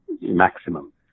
maximum